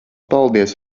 paldies